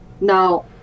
Now